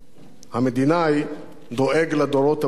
המדינאי דואג לדורות הבאים,